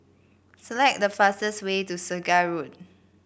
select the fastest way to Segar Road